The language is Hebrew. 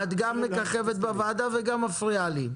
אורלי, את גם מככבת בוועדה וגם מפריעה לי.